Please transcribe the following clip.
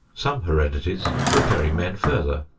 some heredities will carry men further,